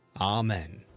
Amen